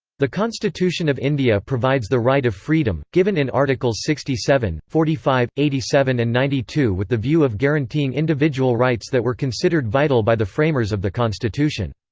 the constitution of india provides the right of freedom, given in articles sixty seven, forty five, eighty seven and ninety two with the view of guaranteeing individual rights that were considered vital by the framers of the constitution.